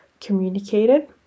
communicated